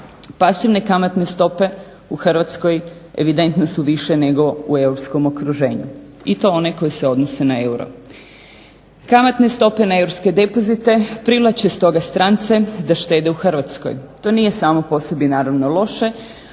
Pasivne kamatne stope u Hrvatskoj evidentno su više nego u europskom okruženju i to one koje se odnose na euro. Kamatne stope na europske depozite privlače stoga strance da štede u Hrvatskoj. To nije samo po sebi naravno loše,